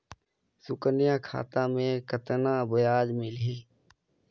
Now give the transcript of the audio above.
सुकन्या खाता मे कतना ब्याज मिलही?